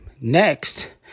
Next